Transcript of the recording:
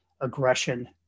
aggression